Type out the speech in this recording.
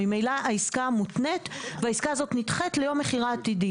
ממילא העסקה המותנת נדחית ליום מכירה עתידי.